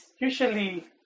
usually